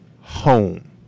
Home